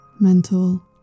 mental